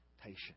patience